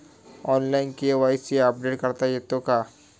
Online KYC update करता येते का?